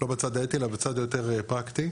לא בצד האתי, אלא בצד היותר פרקטי.